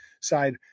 side